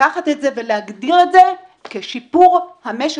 לקחת את זה ולהגדיר את זה כשיפור המשק